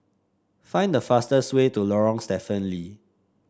find the fastest way to Lorong Stephen Lee